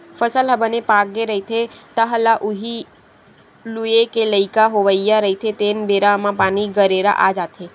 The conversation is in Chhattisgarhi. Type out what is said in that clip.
फसल ह बने पाकगे रहिथे, तह ल उही लूए के लइक होवइया रहिथे तेने बेरा म पानी, गरेरा आ जाथे